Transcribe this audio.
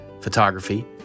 photography